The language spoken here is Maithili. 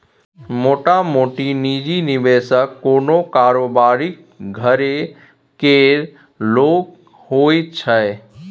मोटामोटी निजी निबेशक कोनो कारोबारीक घरे केर लोक होइ छै